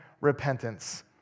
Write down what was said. repentance